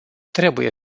trebuie